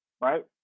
right